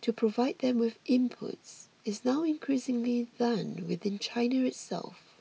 to provide them with inputs is now increasingly done within China itself